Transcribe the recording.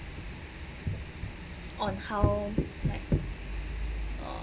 on how like uh